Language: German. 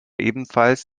ebenfalls